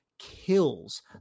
kills